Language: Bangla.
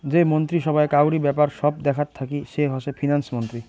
যে মন্ত্রী সভায় কাউরি ব্যাপার সব দেখাত থাকি সে হসে ফিন্যান্স মন্ত্রী